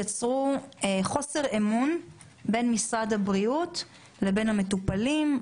יצרו חוסר אמון בין משרד הבריאות לבין המטופלים,